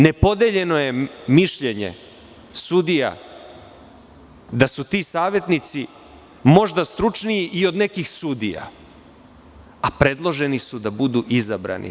Nepodeljeno je mišljenje sudija da su ti savetnici možda stručniji i od nekih sudija, a predloženi su da budu izabrani.